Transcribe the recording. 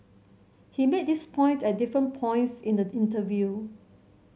he made this point at different points in the interview